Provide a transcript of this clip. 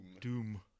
Doom